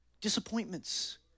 Disappointments